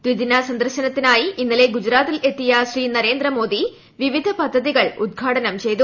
ദ്വിദിന സന്ദർശനത്തിനായി ഇന്നലെ ഗുജറാത്തിൽ എത്തിയ ശ്രീ നരേന്ദ്ര മോദി വിവിധ പദ്ധതികൾ ഉദ്ഘാടനം ചെയ്തു